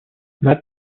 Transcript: matt